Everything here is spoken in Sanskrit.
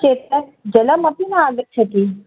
एतद् जलमपि न आगच्छति